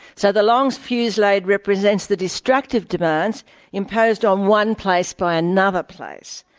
so the long fuse laid represents the destructive demands imposed on one place by another place,